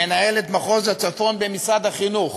מנהלת מחוז הצפון במשרד החינוך.